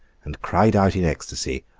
and cried out in ecstasy,